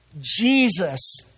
Jesus